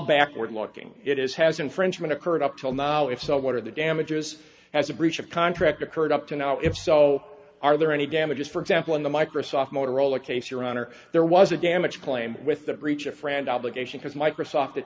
backward looking it is has infringement occurred up till now if so what are the damages as a breach of contract occurred up to now if so are there any damages for example in the microsoft motorola case your honor there was a damage claim with that reacher friend obligation because microsoft